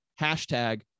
hashtag